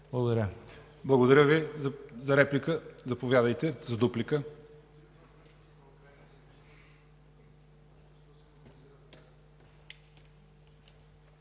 Благодаря Ви за репликата. Заповядайте за дуплика.